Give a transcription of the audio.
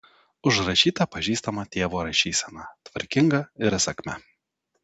užrašyta pažįstama tėvo rašysena tvarkinga ir įsakmia